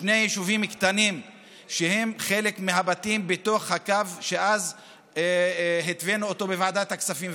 שני יישובים קטנים שהם חלק מהבתים בתוך הקו שאז התווינו בוועדת הכספים,